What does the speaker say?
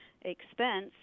expense